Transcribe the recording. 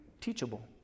teachable